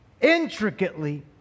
intricately